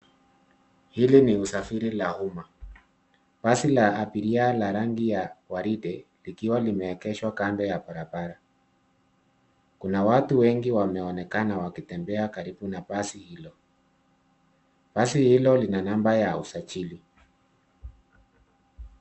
Hili ni usafiri la umma. Basi la abiria la rangi ya waridi, likiwa limeegeshwa kando ya barabara. Kuna watu wengi wameonekana wakitembea karibu na basi hilo. Basi hilo lina namba ya usajili.